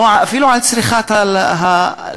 או אפילו על צריכת אלכוהול.